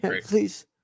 Please